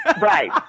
Right